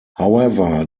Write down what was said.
however